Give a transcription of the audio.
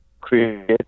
create